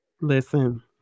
listen